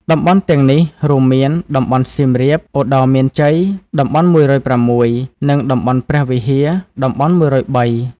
តំបន់ទាំងនេះរួមមានតំបន់ សៀមរាប ឧត្តរមានជ័យ (តំបន់១០៦) និងតំបន់ព្រះវិហារ (តំបន់១០៣)។